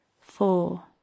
Four